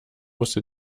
musste